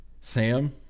Sam